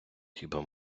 хіба